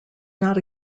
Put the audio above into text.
not